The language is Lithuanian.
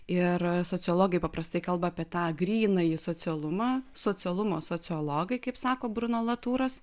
ir sociologai paprastai kalba apie tą grynąjį socialumą socialumo sociologai kaip sako bruno latūras